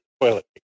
toilet